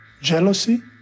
jealousy